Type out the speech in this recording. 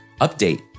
update